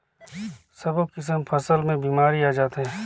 सब्बो किसम फसल मे बेमारी आ जाथे